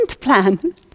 plan